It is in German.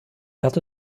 hatte